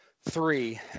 Three